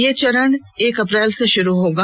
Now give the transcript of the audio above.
यह चरण एक अप्रैल से शुरू होगा